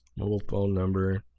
mobile phone number